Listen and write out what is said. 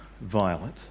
Violet